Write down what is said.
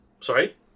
sorry